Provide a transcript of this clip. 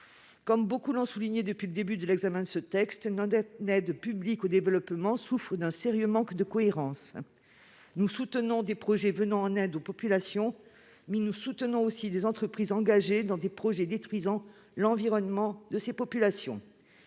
Comme beaucoup l'ont souligné depuis le début de l'examen de ce texte, notre APD souffre d'un grave manque de cohérence : nous soutenons des projets venant en aide aux populations, mais nous soutenons également des entreprises engagées dans des projets qui détruisent l'environnement de ces populations.